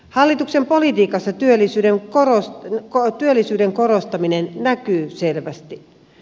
hallituksen politiikassa työllisyyden korostaminen näkyy selvästi